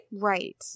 Right